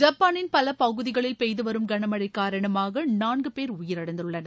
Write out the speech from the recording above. ஜப்பானின் பல பகுதிகளில் பெய்து வரும் கன மழை காரணமாக நான்கு பேர் உயிரிழந்துள்ளனர்